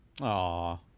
Aw